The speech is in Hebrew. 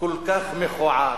כל כך מכוער,